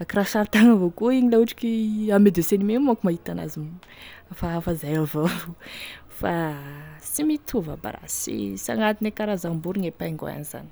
akoraha sary tagna avao koa igny la ohatry ki ame dessin animé io manko e mahita an'azy io hafahafa zay avao fa sy mitovy aby a ra sy agnatine karazam-boro gne pingouin zany.